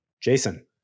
Jason